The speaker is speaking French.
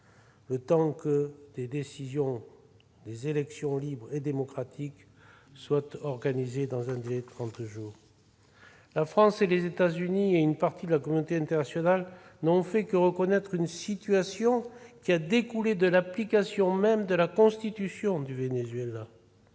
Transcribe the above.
le temps que des élections libres et démocratiques soient organisées dans un délai de trente jours. La France, les États-Unis et une partie de la communauté internationale n'ont fait que reconnaître une situation qui a découlé de l'application même de la Constitution du Venezuela.